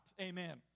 amen